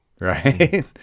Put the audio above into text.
Right